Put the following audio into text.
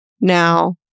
now